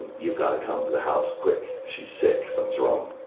and you've got to come to the house quick. she's sick. something's wrong.